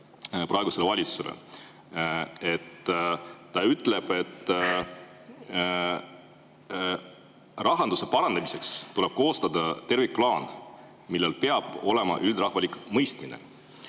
praegusele valitsusele. Ta ütleb, et "rahanduse parandamiseks tuleb koostada tervikplaan, millel peab olema üldrahvalik mõistmine".